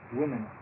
women